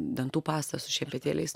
dantų pasta su šepetėliais